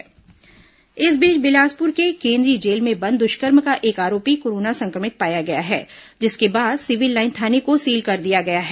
corona Bilaspur इस बीच बिलासपुर के केंद्रीय जेल में बंद दुष्कर्म का एक आरोपी कोरोना संक्रमित पाया गया है जिसके बाद सिविल लाइन थाने को सील कर दिया गया है